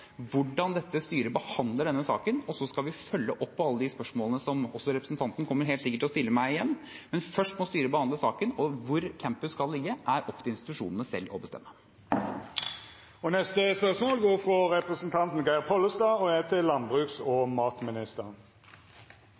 hvordan styret behandler denne saken, og så skal vi følge opp alle de spørsmålene – som representanten helt sikkert også kommer til å stille meg igjen. Men først må styret behandle saken. Og hvor campus skal ligge, er opp til institusjonene selv å bestemme. Vi går tilbake til spørsmål